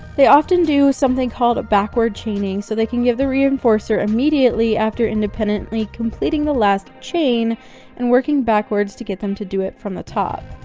they often do something called backward chaining so they can give the reinforcer immediately after independently completing the last chain and working backwards to get them to do it from the top.